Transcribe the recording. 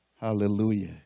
Hallelujah